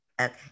Okay